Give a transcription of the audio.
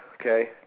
okay